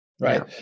right